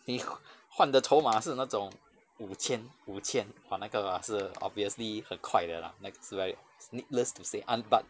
你换的筹码是那种五千五千 !wah! 那个是 obviously 很快的 lah 那个是 like needless to say an~ but